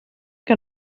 que